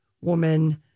woman